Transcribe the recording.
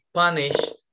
punished